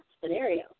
scenario